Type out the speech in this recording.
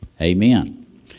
Amen